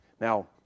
now